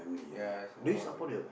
ya I support my family